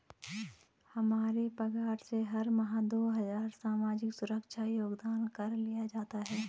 हमारे पगार से हर माह दो हजार सामाजिक सुरक्षा योगदान कर लिया जाता है